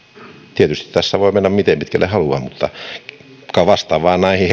tietysti tässä voi mennä miten pitkälle haluaa mutta vastaan vain näihin